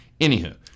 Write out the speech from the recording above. anywho